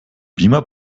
beamer